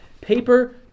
Paper